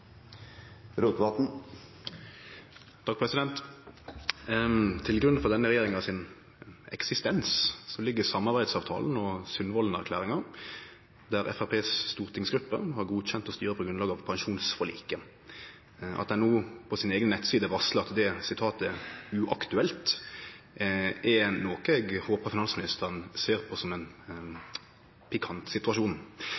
til oppfølgingsspørsmål. Til grunn for denne regjeringa sin eksistens ligg samarbeidsavtalen og Sundvolden-erklæringa, der stortingsgruppa til Framstegspartiet har godkjent å styre på grunnlag av pensjonsforliket. At ein no på si eiga nettside varslar at det er «uaktuelt», er noko eg håpar finansministeren ser på som ein